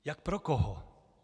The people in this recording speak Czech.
Jak pro koho.